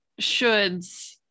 shoulds